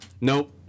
Nope